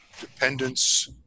dependence